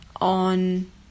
On